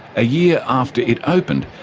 a year after it opened,